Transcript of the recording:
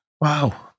Wow